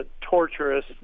torturous